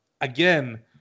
Again